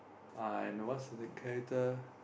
I know what's the character